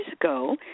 ago